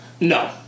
No